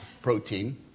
protein